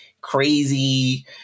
crazy